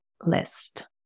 list